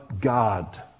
God